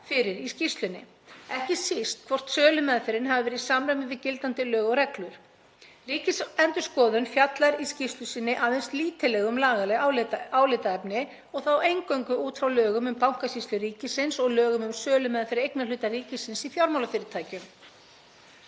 fyrir í skýrslunni, ekki síst hvort sölumeðferðin hafi verið í samræmi við gildandi lög og reglur. Ríkisendurskoðun fjallar í skýrslu sinni aðeins lítillega um lagaleg álitaefni og þá eingöngu út frá lögum um Bankasýslu ríkisins og lögum um sölumeðferð eignarhluta ríkisins í fjármálafyrirtækjum.